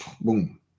Boom